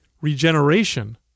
regeneration